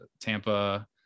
Tampa